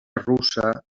russa